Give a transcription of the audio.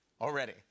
already